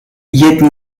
jedni